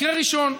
מקרה ראשון: